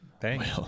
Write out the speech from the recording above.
Thanks